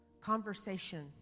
conversation